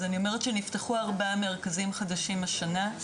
אז אני אומרת שנפתחו ארבעה מרכזים חדשים השנה,